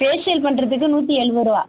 facial பண்ணுறதுக்கு நூற்றி எழுவது ரூபா